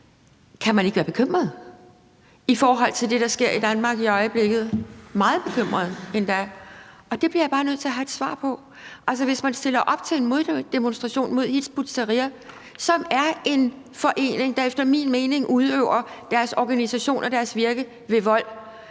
Kan man ikke være bekymret i forhold til det, der sker i Danmark i øjeblikket, meget bekymret endda? Og det bliver jeg bare nødt til at have et svar på. Altså, hvis man stiller op til en moddemonstration mod Hizb ut-Tahrir, som er en forening, der efter min mening udøver deres organisation og deres virke ved vold,